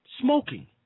Smoking